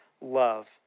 love